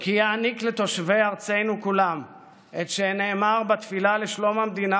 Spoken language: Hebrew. כי יעניק לתושבי ארצנו כולם את שנאמר בתפילה לשלום המדינה,